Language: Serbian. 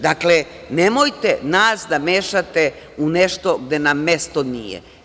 Dakle, nemojte nas da mešate u nešto gde nam mesto nije.